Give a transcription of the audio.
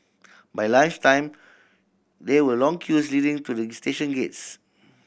by lunch time there were long queues leading to the station gates